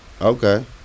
Okay